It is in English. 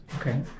Okay